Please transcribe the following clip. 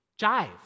jive